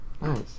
Nice